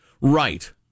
Right